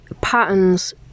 patterns